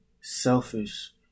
selfish